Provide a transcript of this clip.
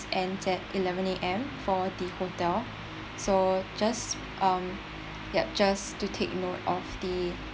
ends at eleven A_M for the hotel so just um ya just to take note of the